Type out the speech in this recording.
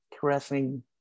caressing